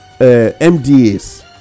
MDAs